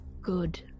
good